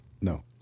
no